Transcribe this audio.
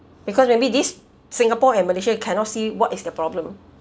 because maybe this singapore and malaysia cannot see what is the problem